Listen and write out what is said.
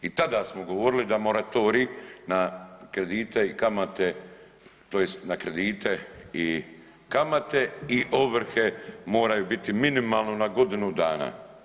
I tada smo govorili da moratorij na kredite i kamate tj. na kredite i kamate i ovrhe moraju biti minimalno na godinu dana.